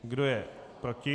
Kdo je proti?